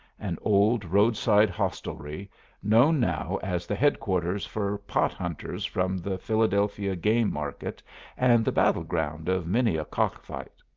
an old roadside hostelry known now as the headquarters for pothunters from the philadelphia game market and the battleground of many a cock-fight.